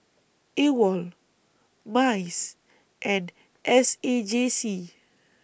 AWOL Mice and S A J C